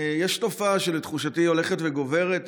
יש תופעה שלתחושתי היא הולכת וגוברת,